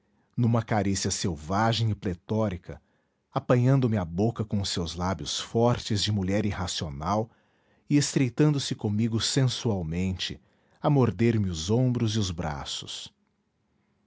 numa carícia selvagem e pletórica apanhando me a boca com os seus lábios fortes de mulher irracional e estreitando-se comigo sensualmente a morder me os ombros e os braços